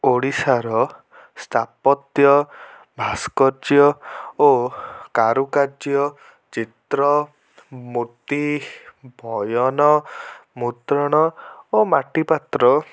ଓଡ଼ିଶାର ସ୍ଥାପତ୍ୟ ଭାସ୍କର୍ଯ୍ୟ ଓ କାରୁକାର୍ଯ୍ୟ ଚିତ୍ର ମୂର୍ତ୍ତି ବୟନ ମୁଦ୍ରଣ ଓ ମାଟିପାତ୍ର